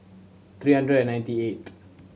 three hundred and ninety eighth